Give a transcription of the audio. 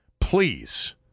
Please